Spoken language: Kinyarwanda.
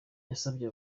yasabye